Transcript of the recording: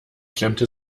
klemmte